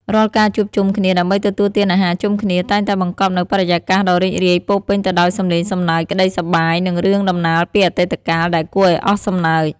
រាល់ការជួបជុំគ្នាដើម្បីទទួលទានអាហារជុំគ្នា តែងតែបង្កប់នូវបរិយាកាសដ៏រីករាយពោរពេញទៅដោយសំឡេងសំណើច ក្ដីសប្បាយ និងរឿងដំណាលពីអតីតកាលដែលគួរឱ្យអស់សំណើច។